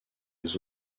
les